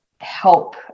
help